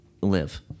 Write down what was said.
live